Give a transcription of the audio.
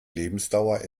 lebensdauer